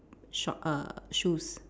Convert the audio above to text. short err shoes